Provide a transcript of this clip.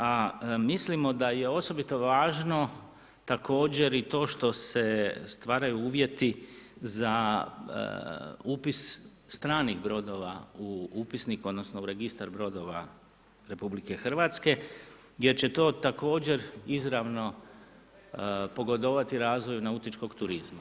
A mislimo da je osobito važno, također i to što se stvaraju uvjeti za upis stranih brodova, u upisnik, odnosno, registar brodova RH, jer će to također, izravno pogodovati razvoju nautičkog turizma.